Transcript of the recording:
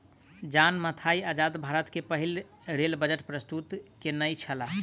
John Mathai आजाद भारत के पहिल रेल बजट प्रस्तुत केनई छला